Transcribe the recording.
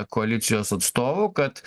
koalicijos atstovų kad